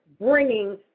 bringing